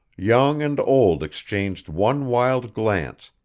young and old exchanged one wild glance,